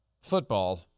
football